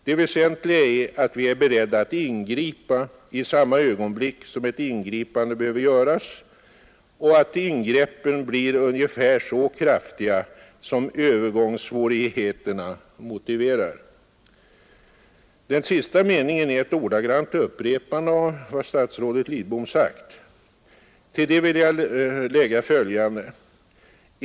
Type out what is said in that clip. Det väsentliga är att vi är beredda att ingripa i samma ögonblick som ett ingripande behöver göras och att ingreppen blir ungefär så kraftiga som övergångssvårigheterna motiverar. Den sista meningen är ett ordagrant upprepande av vad statsrådet Lidbom sagt. Till det vill jag lägga följande.